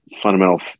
fundamental